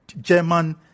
German